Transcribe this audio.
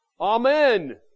Amen